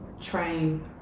train